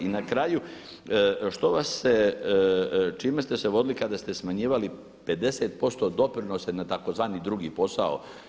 I na kraju, što vas se, čime ste se vodili kada ste smanjivali 50% doprinosa na tzv. drugi posao?